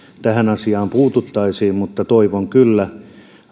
tähän asiaan puututtaisiin mutta toivon kyllä